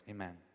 Amen